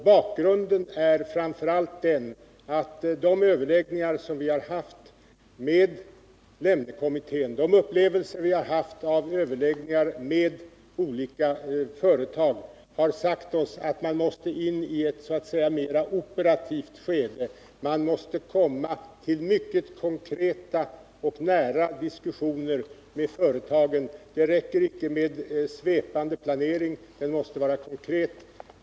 Bakgrunden är framför allt att de överläggningar som vi har haft med Lemnekommittén och de upplevelser som vi har haft vid överläggningar med olika företag har sagt oss att vi måste in i ett så att säga mera operativt skede, vi måste komma till mycket konkreta och nära diskussioner med företagen — det räcker inte med svepande planering, utan den måste vara konkret.